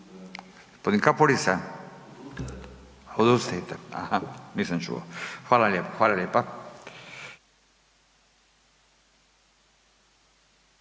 hvala lijepa.